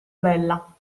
bella